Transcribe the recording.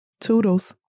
Toodles